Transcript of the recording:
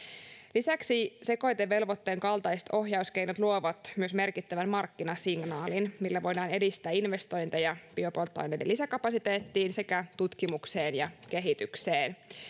lisäksi sekoitevelvoitteen kaltaiset ohjauskeinot luovat myös merkittävän markkinasignaalin millä voidaan edistää investointeja biopolttoaineiden lisäkapasiteettiin sekä tutkimukseen ja kehitykseen